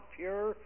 pure